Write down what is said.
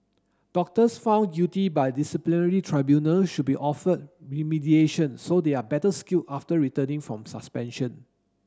doctors found guilty by disciplinary tribunals should be offered remediation so they are better skilled after returning from suspension